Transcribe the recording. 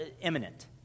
imminent